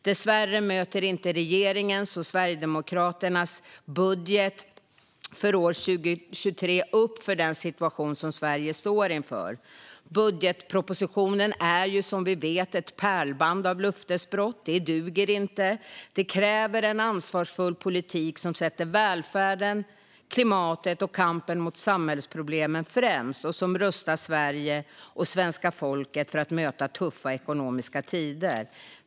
Dessvärre möter inte regeringens och Sverigedemokraternas budget för år 2023 den situation Sverige står inför. Budgetpropositionen är som vi vet ett pärlband av löftesbrott. Det duger inte. Det krävs en ansvarsfull politik som sätter välfärden, klimatet och kampen mot samhällsproblemen främst och som rustar Sverige och svenska folket för att möta tuffa ekonomiska tider.